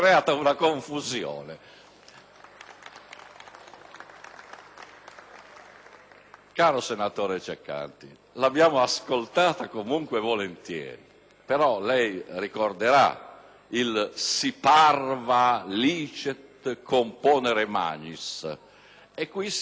Caro senatore Ceccanti, l'abbiamo ascoltata comunque volentieri. Però, lei ricorderà il "*si parva licet componere magnis*"; qui siamo nel *parva* e non nel *magnis.*